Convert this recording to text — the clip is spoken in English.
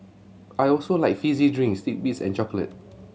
I also like fizzy drinks titbits and chocolate